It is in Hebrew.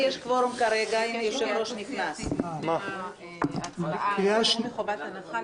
ועדות להקדמת הדיון בהצעות החוק הבאות,